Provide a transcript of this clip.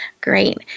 Great